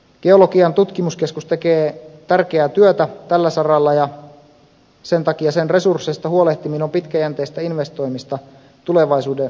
geologian tutkimuskeskus tekee tärkeää työtä tällä saralla ja sen takia sen resursseista huolehtiminen on pitkäjänteistä investoimista tulevaisuuden hyvinvointiin